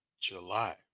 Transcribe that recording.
July